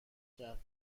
کرد